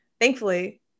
Thankfully